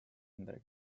ümber